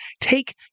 take